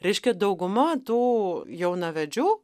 reiškia dauguma tų jaunavedžių